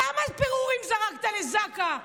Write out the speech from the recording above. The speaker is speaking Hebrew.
כמה פירורים זרקת לזק"א?